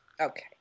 Okay